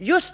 Just